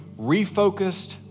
refocused